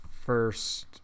first